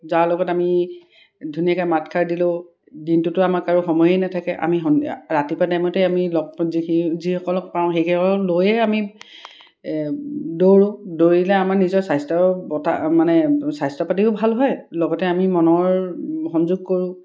যাৰ লগত আমি ধুনীয়াকৈ মাতষাৰ দিলোঁ দিনটোতো আমাক কাৰো সময়েই নাথাকে আমি সন্ধিয়া ৰাতিপুৱা টাইমতে আমি লগ যিসকলক পাওঁ সেইসকলকলৈয়ে আমি দৌৰোঁ দৌৰিলে আমাৰ নিজৰ স্বাস্থ্য বতাহ মানে স্বাস্থ্য পাতিও ভাল হয় লগতে আমি মনৰ সংযোগ কৰোঁ